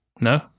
No